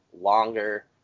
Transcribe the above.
longer